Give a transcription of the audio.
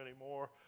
anymore